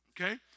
okay